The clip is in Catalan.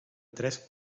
tres